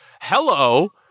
Hello